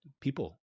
people